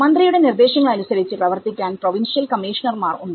മന്ത്രിയുടെ നിർദ്ദേശങ്ങൾ അനുസരിച്ചു പ്രവർത്തിക്കാൻ പ്രൊവിൻഷ്യൽ കമ്മീഷണർമാർ ഉണ്ട്